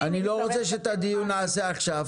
לכן אני לא רוצה שאת הדיון נעשה עכשיו,